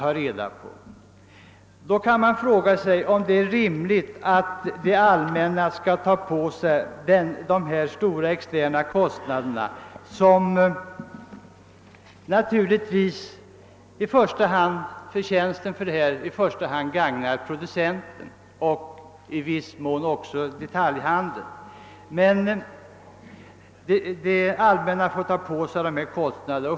Är det verkligen rimligt att det allmänna skall behöva ta på sig dessa stora externa kostnader, medan förtjänsten i första hand går till producenten och i viss mån också till detaljhandeln?